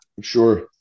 sure